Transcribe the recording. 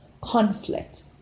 conflict